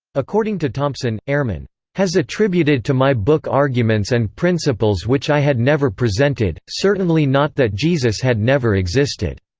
according to thompson, ehrman has attributed to my book arguments and principles which i had never presented, certainly not that jesus had never existed.